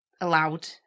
allowed